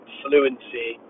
fluency